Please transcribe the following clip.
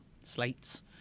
slates